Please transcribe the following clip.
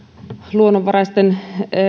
luonnonvaraisten